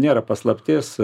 nėra paslaptis